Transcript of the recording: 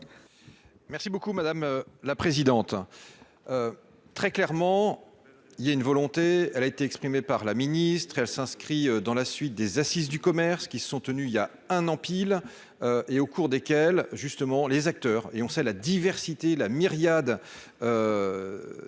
Merci beaucoup, madame la présidente, très clairement, il y a une volonté, elle a été exprimée par la ministre, elle s'inscrit dans la suite des Assises du commerce qui se sont tenues, il y a un an pile, et au cours desquelles justement les acteurs et on la diversité la myriade d'acteurs